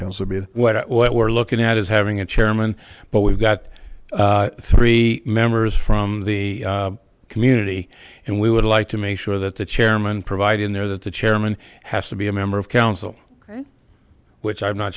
that would be and what what we're looking at is having a chairman but we've got three members from the community and we would like to make sure that the chairman provide in there that the chairman has to be a member of council right which i'm not